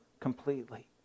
completely